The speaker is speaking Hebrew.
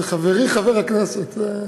זה חברִי חבר הכנסת.